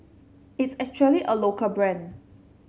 it's actually a local brand